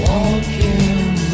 Walking